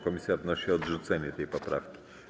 Komisja wnosi o odrzucenie tej poprawki.